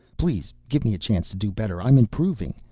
please give me a chance to do better. i'm improving.